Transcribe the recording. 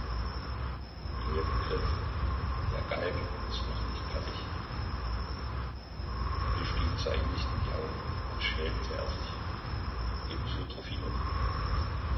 begriff der galgen ist noch nicht fertig poduschkin sah ihm nicht in die augen als schämte er sich ebenso